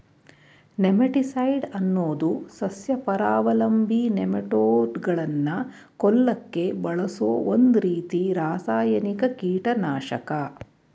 nematicide ಅನ್ನೋದು ಸಸ್ಯಪರಾವಲಂಬಿ ನೆಮಟೋಡ್ಗಳನ್ನ ಕೊಲ್ಲಕೆ ಬಳಸೋ ಒಂದ್ರೀತಿ ರಾಸಾಯನಿಕ ಕೀಟನಾಶಕ